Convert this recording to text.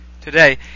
today